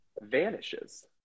vanishes